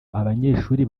abanyeshuri